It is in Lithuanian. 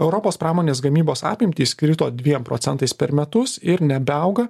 europos pramonės gamybos apimtys krito dviem procentais per metus ir nebeauga